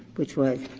which was,